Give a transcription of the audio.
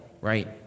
right